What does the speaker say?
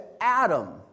Adam